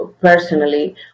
personally